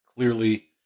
Clearly